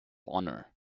honour